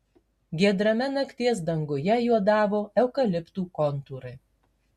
giedrame nakties danguje juodavo eukaliptų kontūrai